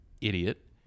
Idiot